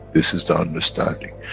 this is the understanding,